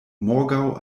morgaŭ